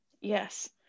Yes